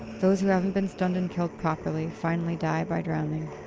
those who haven't been stunned and killed properly finally die by drowning.